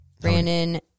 Brandon